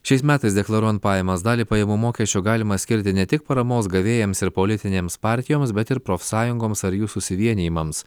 šiais metais deklaruojant pajamas dalį pajamų mokesčio galima skirti ne tik paramos gavėjams ir politinėms partijoms bet ir profsąjungoms ar jų susivienijimams